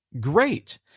great